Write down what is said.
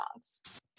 songs